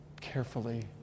carefully